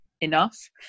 enough